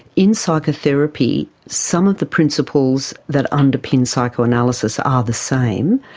in psychotherapy, some of the principles that underpin psychoanalysis are the same,